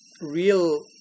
real